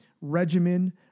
regimen